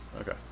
Okay